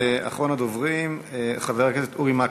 אחרון הדוברים, חבר הכנסת אורי מקלב.